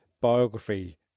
biography